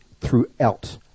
throughout